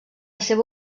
seva